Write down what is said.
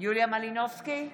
יוליה מלינובסקי,